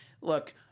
Look